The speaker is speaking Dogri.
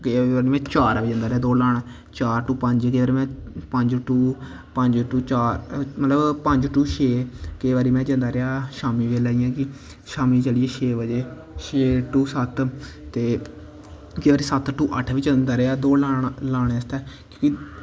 गरमियें ई में चार बजे जंदा रेहा दौड़ लान ते चार टू पंज बजे पंज टू मतलब छे में जंदा रेहा शामीं लै मतलब की शामीं चलियै छे बजे छे टू सत्त केईं बारी सत्त टू अट्ठ बी जंदा रेहा दौड़ लानै आस्तै